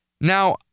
Now